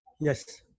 Yes